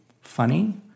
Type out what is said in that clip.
funny